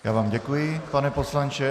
Já vám děkuji, pane poslanče.